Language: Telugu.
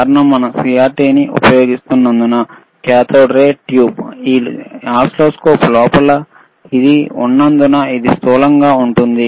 కారణం మనం CRT ఉపయోగిస్తున్నందున కాథోడ్ రే ట్యూబ్ ఈ ఓసిల్లోస్కోప్ లోపల శూన్యత సృష్టించబడుతున్నందు వలన ఇది స్థూలంగా ఉంటుంది